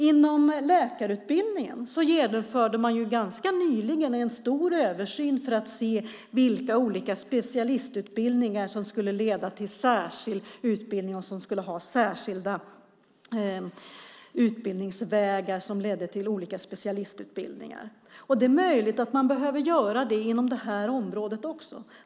Inom läkarutbildningen genomförde man ganska nyligen en stor översyn för att se vilka olika specialiteter som skulle ha särskilda utbildningsvägar. Det är möjligt att man behöver göra så på det här området också.